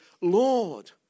Lord